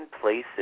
places